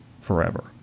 forever